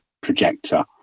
projector